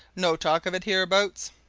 no talk of it hereabouts?